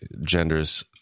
genders